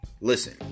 Listen